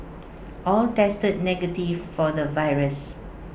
all tested negative for the virus